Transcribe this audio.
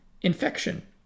infection